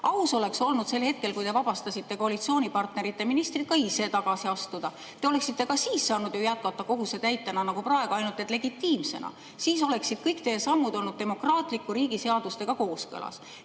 Aus oleks olnud sel hetkel, kui te vabastasite koalitsioonipartnerite ministrid, ka ise tagasi astuda. Te oleksite ka siis saanud ju jätkata kohusetäitjana nagu praegu, ainult et legitiimsena. Siis oleksid kõik teie sammud olnud demokraatliku riigi seadustega kooskõlas.